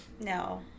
No